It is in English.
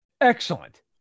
Excellent